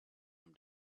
him